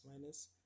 minus